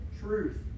truth